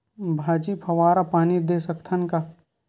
भाजी फवारा पानी दे सकथन का?